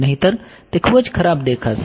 નહિંતર તે ખૂબ જ ખરાબ દેખાશે